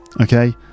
Okay